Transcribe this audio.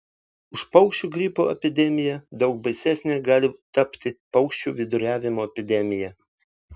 už paukščių gripo epidemiją daug baisesne gali tapti paukščių viduriavimo epidemija